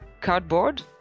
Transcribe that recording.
cardboard